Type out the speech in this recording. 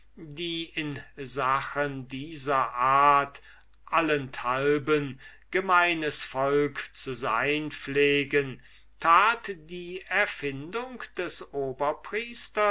die in sachen dieser art allenthalben gemeines volk zu sein pflegen machte die erfindung des